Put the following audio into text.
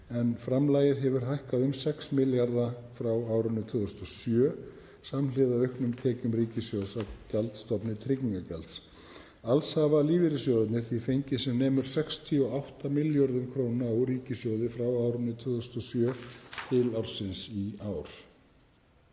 en framlagið hefur hækkað um 6 milljarða kr. frá árinu 2007 samhliða auknum tekjum ríkissjóðs af gjaldstofni tryggingagjalds. Alls hafa lífeyrissjóðir því fengið sem nemur 68 milljörðum kr. úr ríkissjóði frá árinu 2007 til ársins í ár.